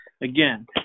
again